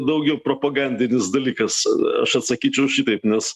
daugiau propagandinis dalykas aš atsakyčiau šitaip nes